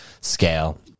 scale